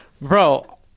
Bro